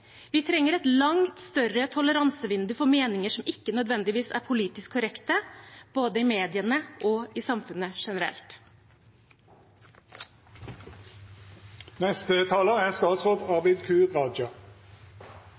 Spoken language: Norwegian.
Vi trenger et langt større toleransevindu for meninger som ikke nødvendigvis er politisk korrekte, både i mediene og i samfunnet generelt.